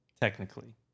Technically